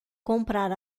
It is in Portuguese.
comprar